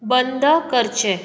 बंद करचें